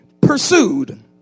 pursued